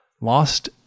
lost